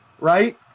Right